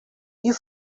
you